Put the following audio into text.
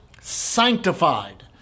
sanctified